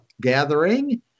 gathering